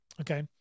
Okay